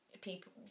people